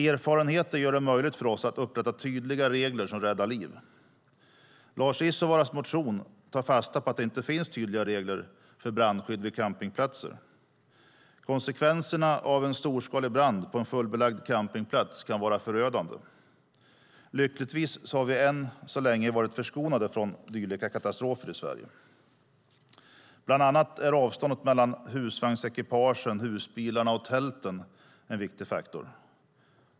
Erfarenheter gör det möjligt för oss att upprätta tydliga regler som räddar liv. Lars Isovaaras motion tar fasta på att det inte finns tydliga regler för brandskydd vid campingplatser. Konsekvenserna av en storskalig brand på en fullbelagd campingplats kan vara direkt förödande. Lyckligtvis har vi än så länge varit förskonade från dylika katastrofer i Sverige. Bland annat är avståndet mellan husvagnsekipagen, husbilarna och tälten en viktig faktor.